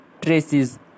traces